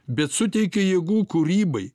bet suteikia jėgų kūrybai